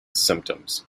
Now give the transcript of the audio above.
symptoms